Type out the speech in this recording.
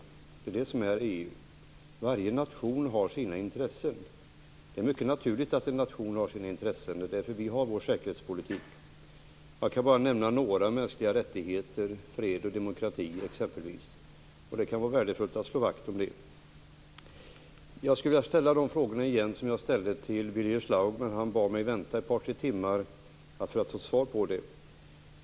Det är det som är EU. Varje nation har sina intressen. Det är mycket naturligt att en nation har sina intressen. I Sverige har vi vår säkerhetspolitik. Jag kan nämna några andra: mänskliga rättigheter, fred och demokrati exempelvis. Det kan vara värdefullt att slå vakt om detta. Jag skall ställa de frågor som jag ställde till Birger Schlaug igen. Han bad mig vänta ett par tre timmar för att få svar på dem.